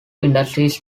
industries